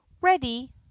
ready